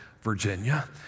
Virginia